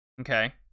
Okay